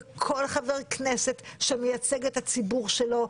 וכל חבר כנסת שמייצג את הציבור שלו,